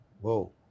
whoa